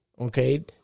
Okay